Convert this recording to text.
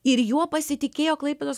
ir juo pasitikėjo klaipėdos